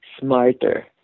smarter